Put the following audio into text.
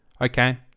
okay